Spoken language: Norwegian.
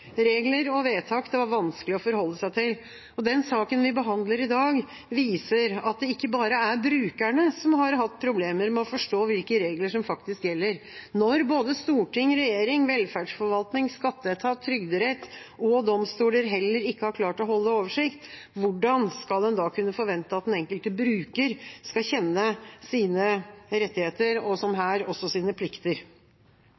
regler og vedtak det var vanskelig å forholde seg til. Den saken vi behandler i dag, viser at det ikke bare er brukerne som har hatt problemer med å forstå hvilke regler som gjelder. Når både storting, regjering, velferdsforvaltning, skatteetat, trygderett og domstoler heller ikke har klart å holde oversikt, hvordan skal en da kunne forvente at den enkelte bruker skal kjenne sine rettigheter og – som